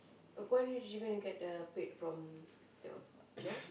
but when you you gonna get the paid from the no